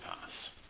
pass